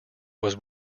was